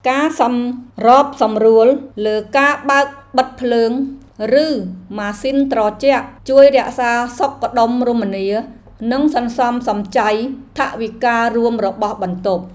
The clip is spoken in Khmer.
ការសម្របសម្រួលលើការបើកបិទភ្លើង ឬម៉ាស៊ីនត្រជាក់ជួយរក្សាសុខដុមរមនានិងសន្សំសំចៃថវិការួមរបស់បន្ទប់។